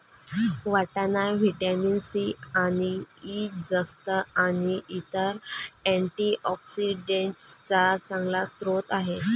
वाटाणा vitamin C आणि E, जस्त आणि इतर अँटीऑक्सिडेंट्सचा चांगला स्रोत आहे